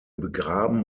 begraben